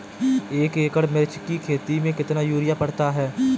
एक एकड़ मिर्च की खेती में कितना यूरिया पड़ता है?